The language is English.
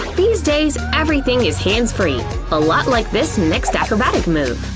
these days, everything is hands-free a lot like this next acrobatic move!